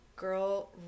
Girl